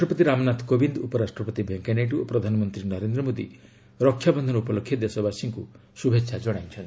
ରାଷ୍ଟ୍ରପତି ରାମନାଥ କୋବିନ୍ଦ ଉପରାଷ୍ଟ୍ରପତି ଭେଙ୍କିୟା ନାଇଡୁ ଓ ପ୍ରଧାନମନ୍ତ୍ରୀ ନରେନ୍ଦ୍ର ମୋଦୀ ରକ୍ଷାବନ୍ଧନ ଉପଲକ୍ଷେ ଦେଶବାସୀଙ୍କୁ ଶୁଭେଚ୍ଛା ଜଣାଇଛନ୍ତି